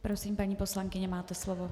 Prosím, paní poslankyně, máte slovo.